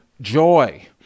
joy